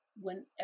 whenever